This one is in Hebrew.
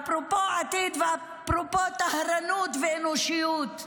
אפרופו עתיד ואפרופו טהרנות ואנושיות,